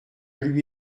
lui